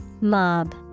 Mob